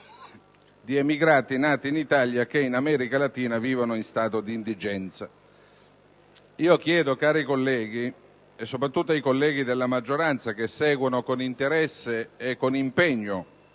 di emigrati nati in Italia che in America Latina vivono in stato di indigenza. Chiedo, cari colleghi - soprattutto a quelli della maggioranza, che seguono con interesse e con impegno